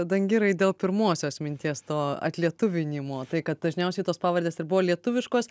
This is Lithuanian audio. dangirai dėl pirmosios minties to atlietuvinimo tai kad dažniausiai tos pavardės ir buvo lietuviškos